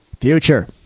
Future